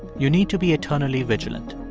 you need to be eternally vigilant